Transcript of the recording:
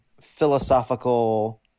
philosophical